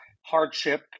hardship